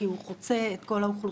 כי הוא חוצה את כל האוכלוסיות.